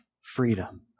freedom